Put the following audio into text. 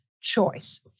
choice